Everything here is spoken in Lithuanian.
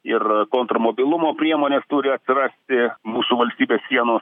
ir kontrmobilumo priemonės turi atsirasti mūsų valstybės sienų